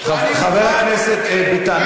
חבר הכנסת ביטן,